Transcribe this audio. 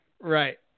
Right